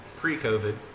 Pre-COVID